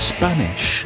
Spanish